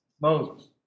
Moses